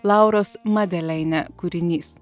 lauros madeleine kūrinys